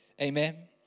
Amen